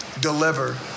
deliver